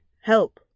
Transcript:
Help